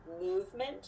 movement